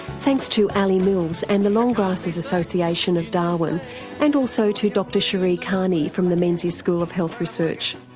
thanks to ali mills and the long grassers association of darwin and also to dr sheree cairney from the menzies school of health research.